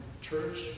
church